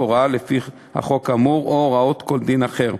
הוראה לפי החוק האמור או הוראות כל דין אחר,